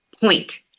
point